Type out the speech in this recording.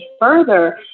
further